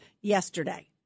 yesterday